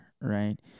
right